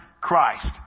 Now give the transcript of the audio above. Christ